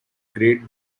great